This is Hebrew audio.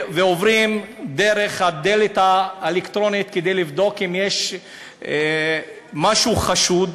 ועוברים דרך הדלת האלקטרונית כדי לבדוק אם יש משהו חשוד.